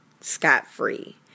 scot-free